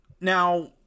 now